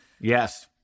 Yes